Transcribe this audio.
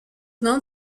known